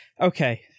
okay